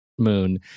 Moon